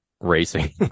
racing